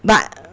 but